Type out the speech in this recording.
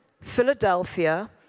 Philadelphia